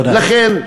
לכן,